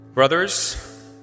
Brothers